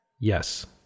Yes